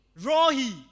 Rohi